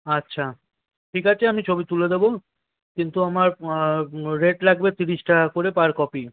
আচ্ছা ঠিক আছে আমি ছবি তুলে দেব কিন্তু আমার রেট লাগবে তিরিশ টাকা করে পার কপি